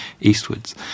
eastwards